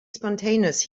spontaneous